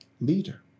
leader